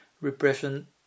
repression